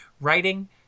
Writing